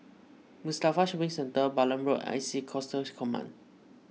Mustafa Shopping Centre Balam Road I C A Coastal Command